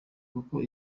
kuko